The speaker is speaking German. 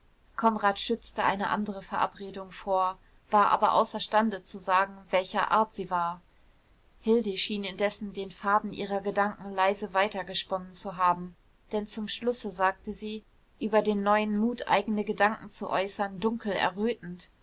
konrad schützte eine andere verabredung vor war aber außerstande zu sagen welcher art sie war hilde schien indessen den faden ihrer gedanken leise weitergesponnen zu haben denn zum schlusse sagte sie über den neuen mut eigene gedanken zu äußern dunkel errötend